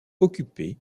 occupée